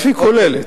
היא כוללת.